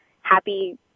happy